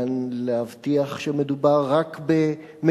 לאזרח הפלסטיני, שיש כאן ממשלה ריבונית